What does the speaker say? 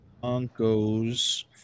Broncos